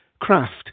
craft